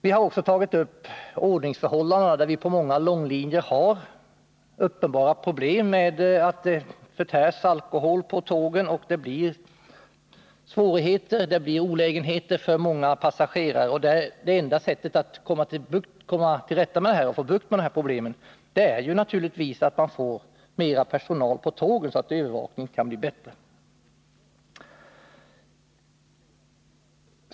På många långlinjer finns det uppenbara problem med att det förtärs alkohol på tågen, vilket medför olägenheter för många passagerare. Enda sättet att få bukt med det problemet är naturligtvis mera personal på tågen så att övervakningen kan bli bättre.